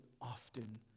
often